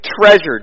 Treasured